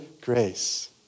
grace